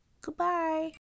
Goodbye